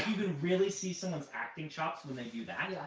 you can really someone's acting chops when they do that. yeah